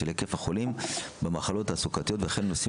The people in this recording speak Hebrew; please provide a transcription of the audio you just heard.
של היקף החולים במחלות תעסוקתיות וכן נושאים